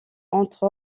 entre